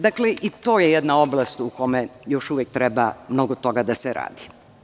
Dakle, to je jedna oblast u kojoj još uvek treba mnogo toga da se radi.